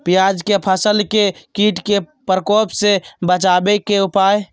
प्याज के फसल के कीट के प्रकोप से बचावे के उपाय?